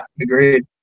Agreed